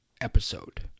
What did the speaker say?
episode